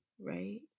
right